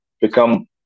become